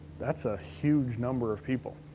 that's a huge number of people.